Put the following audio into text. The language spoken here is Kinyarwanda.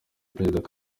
president